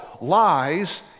lies